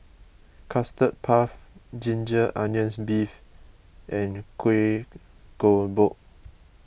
Custard Puff Ginger Onions Beef and Kueh Kodok